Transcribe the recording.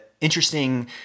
interesting